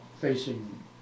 facing